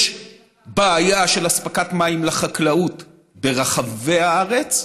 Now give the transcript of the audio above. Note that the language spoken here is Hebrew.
יש בעיה של אספקת מים לחקלאות ברחבי הארץ,